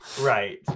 Right